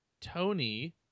Tony